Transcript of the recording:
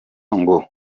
ngo